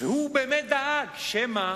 והוא באמת דאג שמא